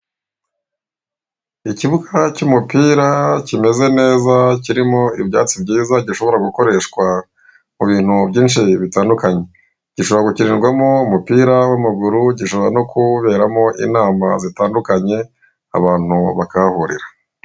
Ikibuga cy'umupira kimeze neza kirimo ibyatsi byiza gishobora gukoreshwa mu bintu byinshi bitandukanye, gishobora gukinirwamo umupira w'amaguru, gishobora no kuberamo inama zitandukanye abantu bakahahurira.